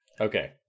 Okay